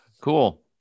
Cool